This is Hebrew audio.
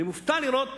ואני מופתע לראות